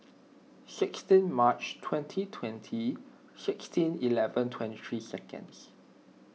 sixteen March twenty twenty sixteen eleven twenty three seconds